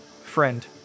Friend